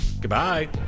goodbye